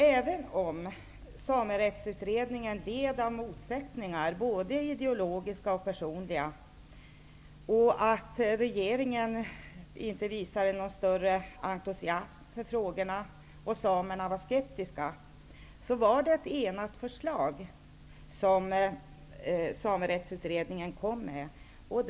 Även om Samerättsutredningen led av motsättningar, både ideologiska och personliga, även om regeringen inte visade någon större entusiasm för frågorna och även om samerna var skeptiska, så var det ett enat förslag som Samerättsutredningen lade fram.